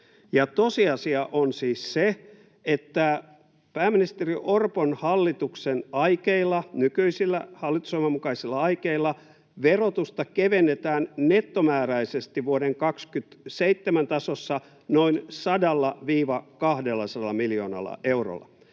tosiasia on siis se, että pääministeri Orpon hallituksen aikeilla, nykyisillä hallitusohjelman mukaisilla aikeilla, verotusta kevennetään nettomääräisesti vuoden 27 tasossa noin 100—200 miljoonalla eurolla.